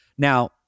Now